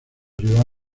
rio